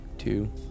Two